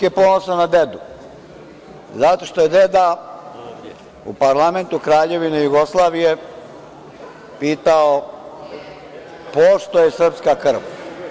Unuk je ponosan na dedu zato što je deda u parlamentu Kraljevine Jugoslavije pitao pošto je srpska krv.